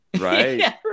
Right